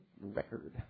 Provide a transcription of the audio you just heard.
record